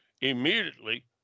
immediately